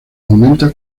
aumenta